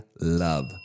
love